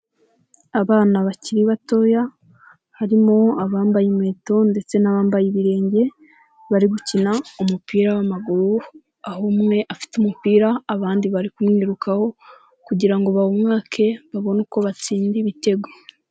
Abana bakiri batoya harimo abambaye inkweto ndetse n'abambaye ibirenge, bari gukina umupira w'amaguru aho umwe afite umupira abandi bari ku mwirukaho kugirango bawumwake babone uko batsinda ibitego.